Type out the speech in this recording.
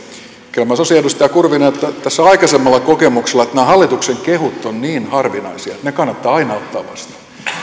kyllä minä sanoisin edustaja kurvinen tässä aikaisemmalla kokemuksella että nämä hallituksen kehut ovat niin harvinaisia että ne kannattaa aina ottaa vastaan luulen että